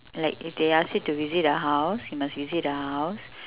like if they ask you to visit a house you must visit a house